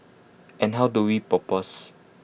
and how do we propose